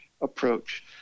approach